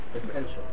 potential